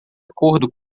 acordo